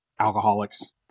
alcoholics